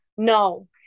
No